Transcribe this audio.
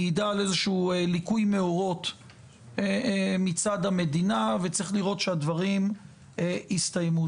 מעידה על איזשהו ליקוי מאורות מצד המדינה וצריך לראות שהדברים הסתיימו.